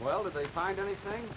well if they find anything